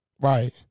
Right